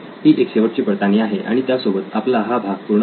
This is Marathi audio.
ही एक शेवटची पडताळणी आहे आणि त्यासोबतच आपला हा भाग पूर्ण होईल